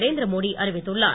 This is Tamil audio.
நரேந்திர மோடி அறிவித்துள்ளார்